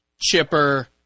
Chipper